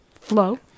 Flow